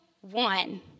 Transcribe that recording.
one